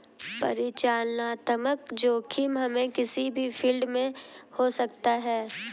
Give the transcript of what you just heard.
परिचालनात्मक जोखिम हमे किसी भी फील्ड में हो सकता है